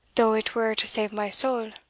though it were to save my soul!